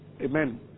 Amen